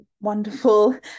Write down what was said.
wonderful